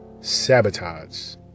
Sabotage